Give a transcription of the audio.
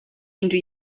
into